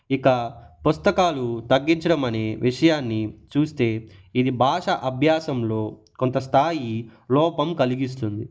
ఇక పుస్తకాలు తగ్గించడమనే విషయాన్ని చూస్తే ఇది భాషా అభ్యాసంలో కొంత స్థాయి లోపం కలిగిస్తుంది